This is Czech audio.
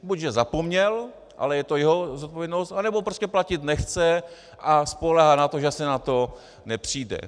Buď že zapomněl, ale je to jeho zodpovědnost, nebo prostě platit nechce a spoléhá na to, že se na to nepřijde.